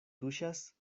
tuŝas